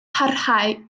parhau